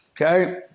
Okay